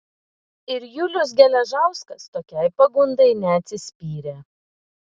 ir julius geležauskas tokiai pagundai neatsispyrė